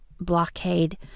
blockade